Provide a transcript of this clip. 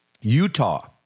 Utah